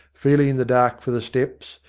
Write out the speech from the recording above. feeling in the dark for the steps,